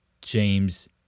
james